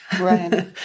Right